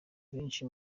benshi